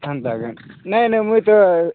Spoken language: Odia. ସେନ୍ତା କେନ୍ ନାଇଁ ନାଇଁ ମୁଇଁ ତ